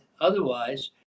otherwise